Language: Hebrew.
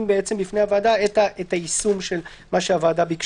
בפני הוועדה את היישום של בקשת הוועדה.